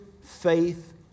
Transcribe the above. faith